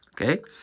Okay